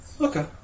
Okay